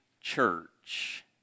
church